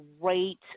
great